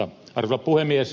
arvoisa puhemies